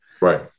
Right